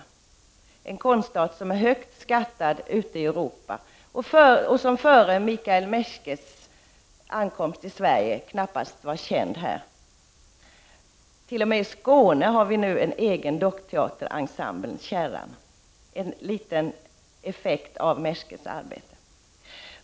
Det är en konstart som är högt skattad ute i Europa och som före Michael Meschkes ankomst till Sverige knappast var känd här. T.o.m. i Skåne har vi nu en egen dockteaterensemble, Kärran — en liten effekt av Meschkes arbete.